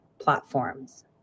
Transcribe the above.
platforms